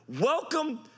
Welcome